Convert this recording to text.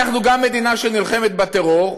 אנחנו גם מדינה שנלחמת בטרור,